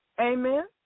Amen